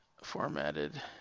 formatted